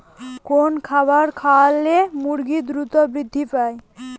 কোন খাবার খাওয়ালে মুরগি দ্রুত বৃদ্ধি পায়?